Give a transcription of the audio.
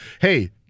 Hey